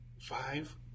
five